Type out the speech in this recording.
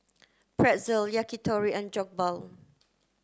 Pretzel Yakitori and Jokbal